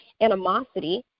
animosity